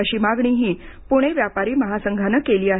अशी मागणीही पुणे व्यापारी महासंघानं केली आहे